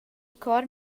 chor